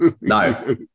No